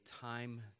time